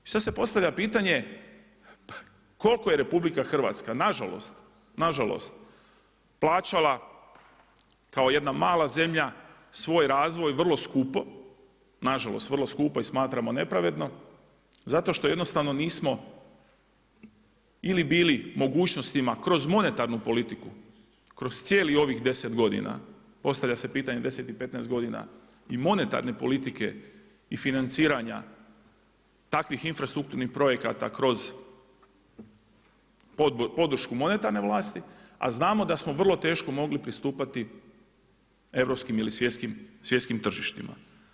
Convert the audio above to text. Sad se postavlja pitanje, koliko je RH, nažalost, plaćala, kao jedna mala zemlja, svoj razvoj vrlo skupo, nažalost, vrlo skupo i smatramo nepravedno, zato što jednostavno nismo ili bili mogućnostima kroz monetarnu politiku, kroz cijeli ovih 10 g. postavlja se pitanje 10 i 15 g. i monetarne politike i financiranja takvih infrastrukturnih projekata kroz podrške monetarne vlasti, a znamo da smo vrlo teško mogli pristupiti europskim ili svjetskim tržištima.